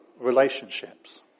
relationships